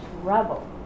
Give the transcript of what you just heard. trouble